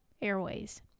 Airways